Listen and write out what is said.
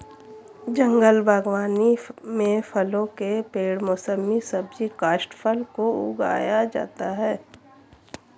जंगल बागवानी में फलों के पेड़ मौसमी सब्जी काष्ठफल को उगाया जाता है